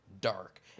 dark